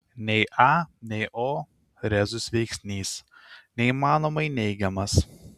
nei a nei o rezus veiksnys neįmanomai neigiamas